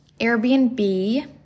Airbnb